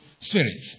spirits